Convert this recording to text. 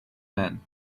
man